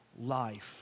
life